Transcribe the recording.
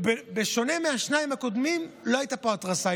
ובשונה מהשתיים הקודמות, לא הייתה פה התרסה.